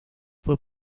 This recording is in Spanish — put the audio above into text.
fue